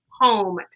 home